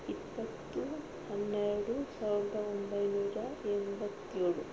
ಇಪ್ಪತ್ತು ಹನ್ನೆರಡು ಸಾವಿರದ ಒಂಬೈನೂರ ಎಂಬತ್ತೇಳು